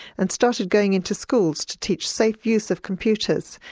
and started going into schools to teach safe use of computers,